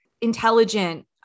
intelligent